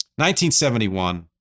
1971